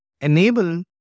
enable